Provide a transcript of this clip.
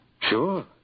Sure